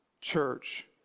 church